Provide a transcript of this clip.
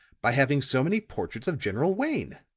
by having so many portraits of general wayne?